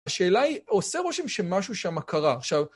השאלה היא, עושה רושם שמשהו שם קרה, עכשיו...